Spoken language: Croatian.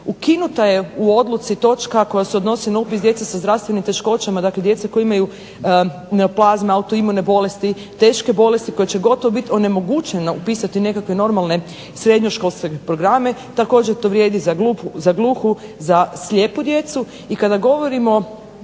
Ukinuta je u odluci točka koja se odnosi na upis djece sa zdravstvenim teškoćama dakle djece koja imaju plazme, autoimune bolesti, teške bolesti koja će biti onemogućena upisati nekakve normalne srednjoškolske programe. Također to vrijedi za gluhu, za slijepu djecu. Kada govorimo